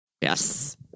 Yes